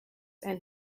and